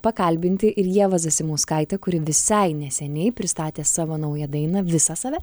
pakalbinti ir ievą zasimauskaitę kuri visai neseniai pristatė savo naują dainą visą save